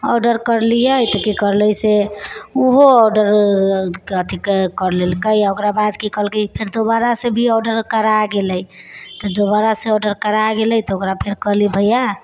order करलिऐ तऽ की करलै से उहो ऑर्डर अथी कर लेलकै ओकरा बाद की कहलकै फेर दोबारा से भी ऑर्डर करा गेलै तऽ दोबारा से आर्डर करा गेलै तऽ ओकरा फेर कहलिऐ भैया